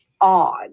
odd